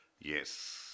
Yes